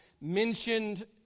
mentioned